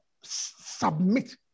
submit